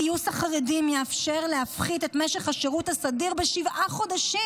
גיוס החרדים יאפשר להפחית את משך השירות הסדיר בשבעה חודשים.